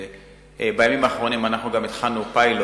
בימים האחרונים אנחנו גם התחלנו פיילוט,